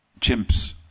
chimps